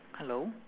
hello